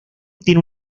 tiene